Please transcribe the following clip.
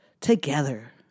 together